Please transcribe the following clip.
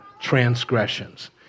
transgressions